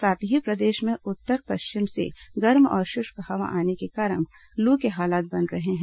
साथ ही प्रदेश में उत्तर पश्चिम से गर्म और शुष्क हवा आने के कारण लू के हालात बन रहे हैं